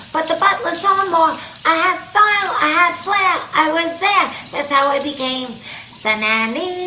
but the butler saw more i had style i had flair i was there that's how i became the nanny